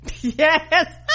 yes